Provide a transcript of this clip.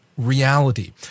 reality